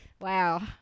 Wow